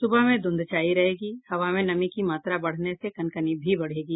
सुबह में ध्रंध छायी रहेगी हवा में नमी की मात्रा बढ़ने से कनकनी भी बढ़ेगी